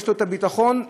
את הביטחון,